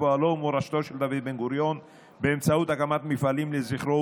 פועלו ומורשתו של דוד בן-גוריון באמצעות הקמת מפעלים לזכרו,